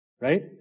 right